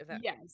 Yes